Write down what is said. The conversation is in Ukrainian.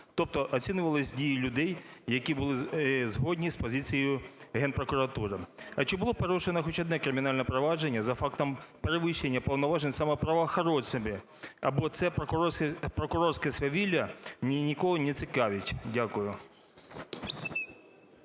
тобто оцінювались дії людей, які були згодні з позицією Генпрокуратури. А чи було порушено хоч одне кримінальне провадження за фактом перевищення повноважень саме правоохоронцями, або це прокурорське свавілля нікого не цікавить? Дякую.